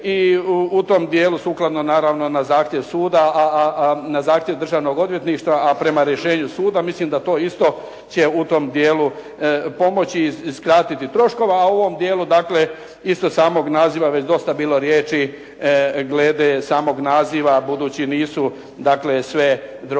I u tom dijelu naravno na zahtjev suda, a na zahtjev Državnog odvjetništva, a prema rješenju suda, mislim da to isto će u tom dijelu pomoći skratiti troškove. A u ovom dijelu isto samog naziva dosta je bilo riječi glede samog naziva. Budući da sve droge